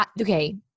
okay